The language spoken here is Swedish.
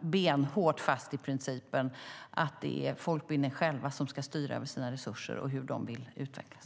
benhårt hålla fast vid principen att det är folkbildningen som själv ska styra över sina resurser och över hur man vill utvecklas.